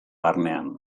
barnean